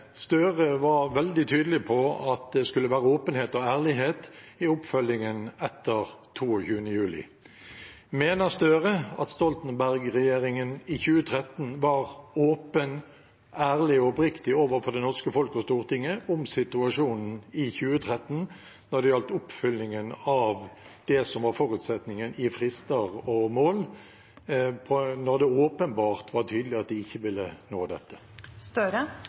Støre var veldig tydelig på at det skulle være åpenhet og ærlighet i oppfølgingen etter 22. juli. Mener Gahr Støre at Stoltenberg-regjeringen i 2013 var åpen, ærlig og oppriktig overfor det norske folk og Stortinget om situasjonen i 2013 når det gjaldt oppfyllingen av det som var forutsetningen i frister og mål, når det åpenbart var tydelig at de ikke ville nå